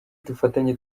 dufatanye